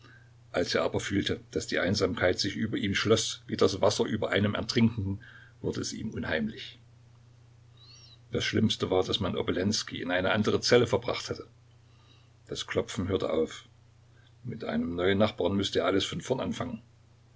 als er aber fühlte daß die einsamkeit sich über ihm schloß wie das wasser über einem ertrinkenden wurde es ihm unheimlich das schlimmste war daß man obolenskij in eine andere zelle verbracht hatte das klopfen hörte auf mit einem neuen nachbarn müßte er alles von vorn anfangen